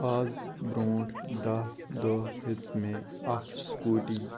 آز بروںٛٹھ دَہ دۄہ ہیٚژ مےٚ اَکھ سکوٗٹی